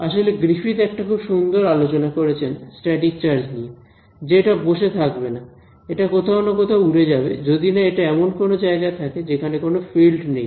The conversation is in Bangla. আসলে গ্রিফিথ একটা খুব সুন্দর আলোচনা করেছেন স্ট্যাটিক চার্জ নিয়ে যে এটা বসে থাকবে না এটা কোথাও না কোথাও উড়ে যাবে যদি না এটা এমন কোন জায়গায় থাকে যেখানে কোন ফিল্ড নেই